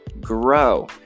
grow